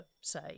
say